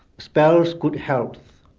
spells good health,